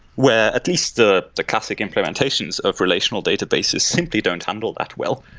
where at least the the classic implementations of relational databases simply don't handle that well.